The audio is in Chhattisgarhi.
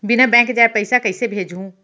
बिना बैंक जाये पइसा कइसे भेजहूँ?